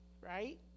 right